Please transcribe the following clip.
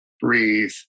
breathe